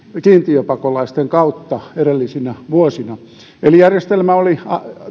kiintiöpakolaisten kautta edellisinä vuosina eli järjestelmä oli